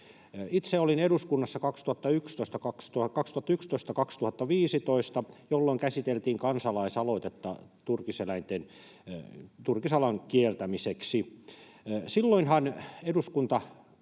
Itse olin eduskunnassa 2011—2015, jolloin käsiteltiin kansalaisaloitetta turkisalan kieltämiseksi. Silloinhan eduskunta